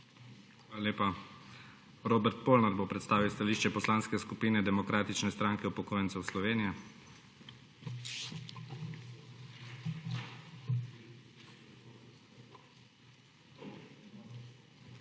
Hvala lepa. Robert Polnar bo predstavil stališče Poslanske skupine Demokratične stranke upokojencev Slovenije. ROBERT